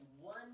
one